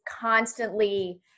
constantly –